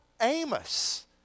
Amos